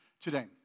today